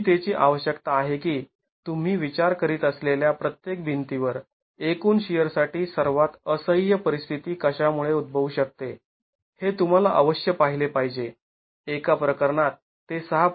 संहितेची आवश्यकता आहे की तुम्ही विचार करीत असलेल्या प्रत्येक भिंतीवर एकूण शिअरसाठी सर्वात असह्य परिस्थिती कशामुळे उद्भवू शकते हे तुम्हाला अवश्य पाहिले पाहिजे एका प्रकरणात ते ६